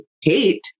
hate